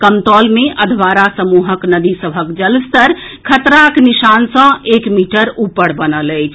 कमतौल मे अधवारा समूहक नदी सभक जलस्तर खतराक निशान सँ एक मीटर ऊपर बनल अछि